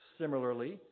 Similarly